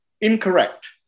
incorrect